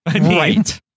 Right